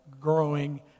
growing